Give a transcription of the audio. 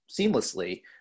seamlessly